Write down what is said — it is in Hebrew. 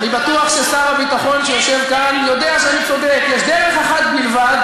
ואני בטוח ששר הביטחון שיושב כאן יודע שאני צודק: יש דרך אחת בלבד,